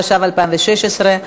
התשע"ו 2016,